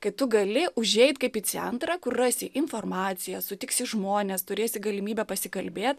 kai tu gali užeit kaip į centrą kur rasi informaciją sutiksi žmones turėsi galimybę pasikalbėt